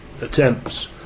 Attempts